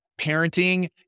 Parenting